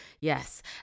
yes